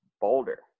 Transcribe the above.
boulder